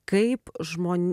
kaip žmon